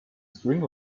string